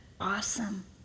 Awesome